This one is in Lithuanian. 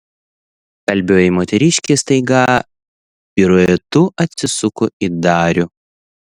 kalbioji moteriškė staiga piruetu atsisuko į darių